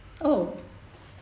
oh